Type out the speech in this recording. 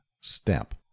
step